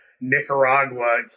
Nicaragua